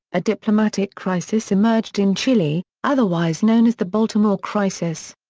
a diplomatic crisis emerged in chile, otherwise known as the baltimore crisis.